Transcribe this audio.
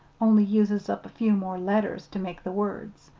only uses up a few more letters to make the words.